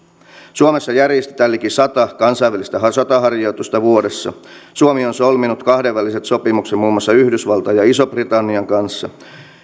suomessa järjestetään liki sata kansainvälistä sotaharjoitusta vuodessa suomi on solminut kahdenvälisen sopimuksen muun muassa yhdysvaltain ja ison britannian kanssa